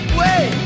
wait